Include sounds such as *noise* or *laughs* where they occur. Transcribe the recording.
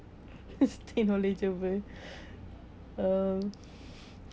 *laughs* in knowledgable uh